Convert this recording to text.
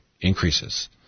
increases